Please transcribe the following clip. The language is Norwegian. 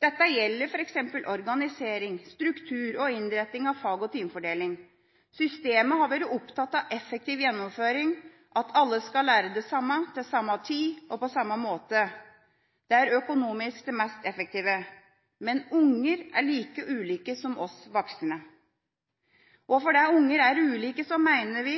Dette gjelder f.eks. organisering, struktur og innretting av fag- og timefordeling. Systemet har vært opptatt av effektiv gjennomføring, at alle skal lære det samme – til samme tid og på samme måte. Det er økonomisk det mest effektive. Men unger er like ulike som oss voksne. Fordi elever er ulike, mener vi